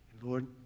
Lord